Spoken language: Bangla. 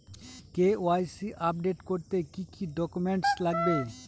কে.ওয়াই.সি আপডেট করতে কি কি ডকুমেন্টস লাগবে?